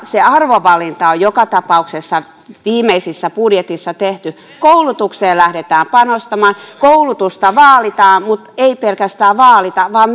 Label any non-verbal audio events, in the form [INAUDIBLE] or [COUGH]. se arvovalinta on joka tapauksessa viimeisessä budjetissa tehty koulutukseen lähdetään panostamaan koulutusta vaalitaan mutta ei pelkästään vaalita vaan [UNINTELLIGIBLE]